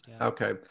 Okay